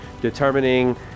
determining